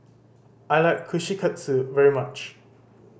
I like Kushikatsu very much